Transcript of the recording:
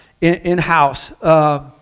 in-house